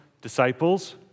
disciples